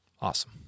awesome